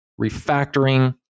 refactoring